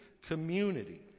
community